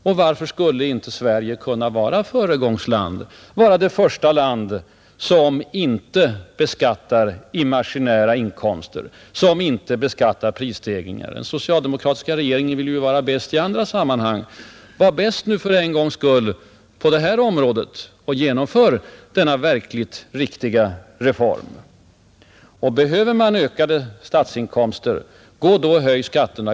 Och varför skulle inte Sverige kunna vara föregångsland, vara det första land som inte beskattar imaginära inkomster, som inte beskattar prisstegringar? Den socialdemokratiska regeringen vill ju vara bäst i andra sammanhang. Var bäst nu för en gångs skull på det här området och genomför denna verkligt viktiga reform! Och behövs ökade statsinkomster, gå då och höj skatterna.